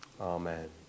Amen